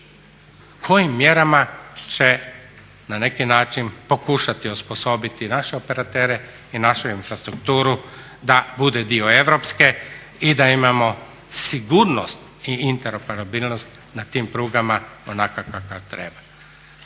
kojim mjerama će na neki način pokušati osposobiti naše operatere i našu infrastrukturu da bude dio europske i da imamo sigurnost i interoperabilnost na tim prugama onakav kakav treba,